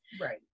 right